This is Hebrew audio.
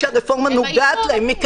שהרפורמה נוגעת להם.